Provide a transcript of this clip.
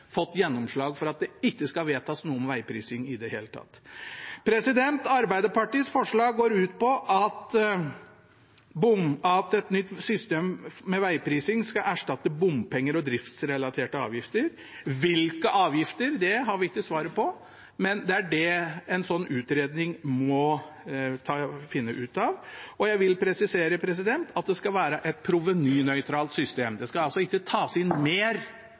fått gjennomslag for at det ikke skal vedtas noe om vegprising i det hele tatt. Arbeiderpartiets forslag går ut på at et nytt system med vegprising skal erstatte bompenger og driftsrelaterte avgifter. Hvilke avgifter har vi ikke svaret på, det er det en slik utredning må finne ut av. Jeg vil presisere at det skal være et provenynøytralt system. Det skal altså ikke tas inn mer